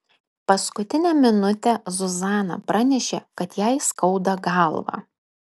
paskutinę minutę zuzana pranešė kad jai skauda galvą